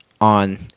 on